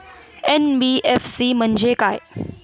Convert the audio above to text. NBFC म्हणजे काय?